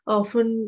often